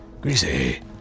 Greasy